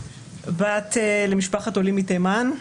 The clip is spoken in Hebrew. בת למשפחת עולים מתימן,